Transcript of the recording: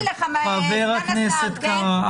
חבר הכנסת קרא,